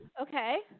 Okay